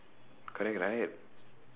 correct right